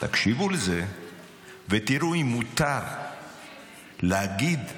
תקשיבו לזה ותראו אם מותר להגיד לנו,